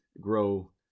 grow